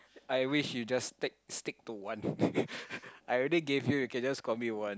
I wish you just take stick to one I already gave you you can just commit one